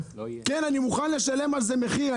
אני מוכן לשלם על זה מחיר,